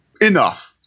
enough